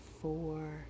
four